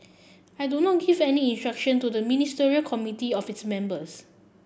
I do not give any instruction to the Ministerial Committee or its members